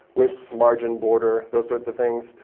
width, margin, border, those sorts of things,